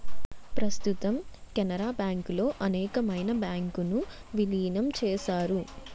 ప్రస్తుతం కెనరా బ్యాంకులో అనేకమైన బ్యాంకు ను విలీనం చేశారు